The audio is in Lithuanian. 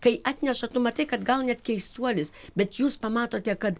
kai atneša tu matai kad gal net keistuolis bet jūs pamatote kad